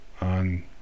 on